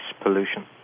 pollution